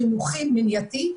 חינוכי-מניעתי,